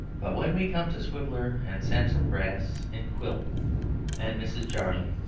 but when we come to swiveller and sampson brass and quilp and mrs. jarley,